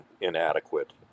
inadequate